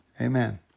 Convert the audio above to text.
Amen